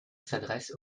s’adresse